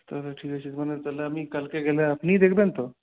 তাহলে ঠিক আছে মানে তাহলে আমি কালকে গেলে আপনিই দেখবেন তো